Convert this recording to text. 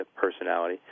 personality